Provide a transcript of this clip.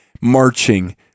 marching